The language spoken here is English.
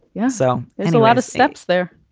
yeah. so a lot of steps there.